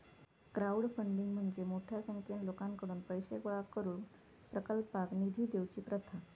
crowdfunding म्हणजे मोठ्या संख्येन लोकांकडुन पैशे गोळा करून प्रकल्पाक निधी देवची प्रथा